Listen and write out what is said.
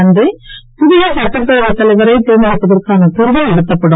அன்றே புதிய சட்டப்பேரவைத் தலைவரைத் தேர்ந்தெடுப்பதற்கான தேர்தல் நடத்தப்படும்